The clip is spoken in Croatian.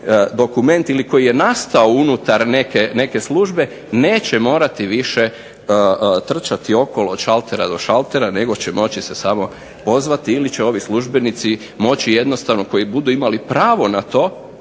dokument ili koji je nastao unutar neke službe, neće morati više trčati okolo od šaltera do šaltera nego će moći se samo pozvati ili će ovi službenici moći jednostavno koji budu imali pravo na to.